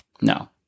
No